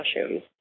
mushrooms